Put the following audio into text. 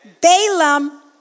Balaam